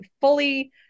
fully